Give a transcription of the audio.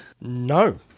No